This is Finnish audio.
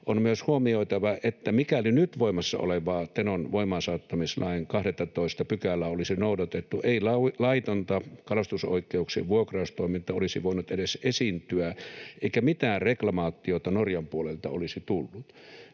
On myös huomioitava, että mikäli nyt voimassa olevaa Tenon voimaansaattamislain 12 §:ää olisi noudatettu, ei laitonta kalastusoikeuksien vuokraustoimintaa olisi voinut edes esiintyä eikä mitään reklamaatiota Norjan puolelta olisi tullut,